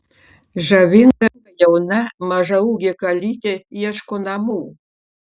žavinga jauna mažaūgė kalytė ieško namų